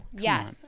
Yes